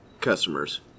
customers